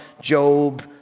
Job